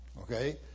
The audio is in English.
okay